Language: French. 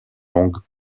longues